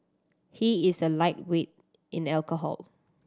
he is a lightweight in alcohol